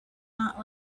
not